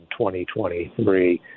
2023